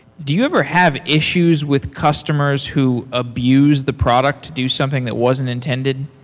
do you ever have issues with customers who abuse the product? do something that wasn't intended?